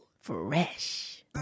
Fresh